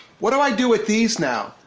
what do i do with these now?